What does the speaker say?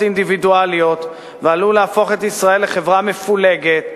אינדיבידואליות ועלול להפוך את ישראל לחברה מפולגת,